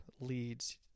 leads